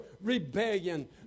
rebellion